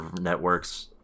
networks